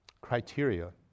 criteria